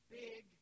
big